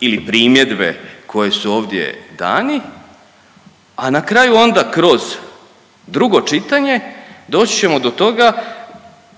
ili primjedbe koji su ovdje dani, a na kraju onda kroz drugo čitanje doći ćemo do toga